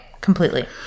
Completely